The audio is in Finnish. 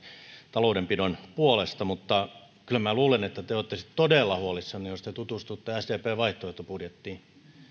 taloudenpidon puolesta mutta kyllä minä luulen että te olette todella huolissanne jos te tutustutte sdpn vaihtoehtobudjettiin